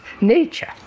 nature